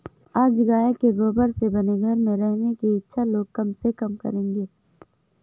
आज गाय के गोबर से बने घर में रहने की इच्छा लोग कम से कम करेंगे